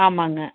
ஆமாங்க